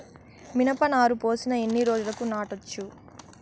మిరప నారు పోసిన ఎన్ని రోజులకు నాటచ్చు?